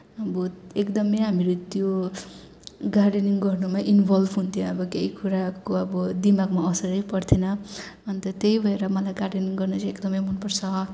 अब एकदमै हामीहरू त्यो गार्डननिङ गर्नमा इन्भल्भ हुन्थ्यौँ अब केही कुराको अब दिमागमा असरै पर्थेन अन्त त्यही भएर मलाई गार्डनिङ गर्न चाहिँ एकदमै मनपर्छ